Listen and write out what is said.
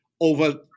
over